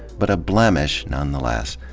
but a blemish, nonetheless,